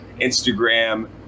Instagram